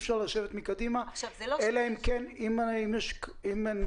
אי אפשר לשבת מקדימה אלא אם כן אין מקום מאחור.